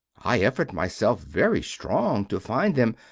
i effort myself very strong to find them,